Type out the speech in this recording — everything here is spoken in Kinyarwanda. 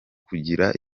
kugira